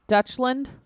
Dutchland